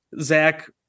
Zach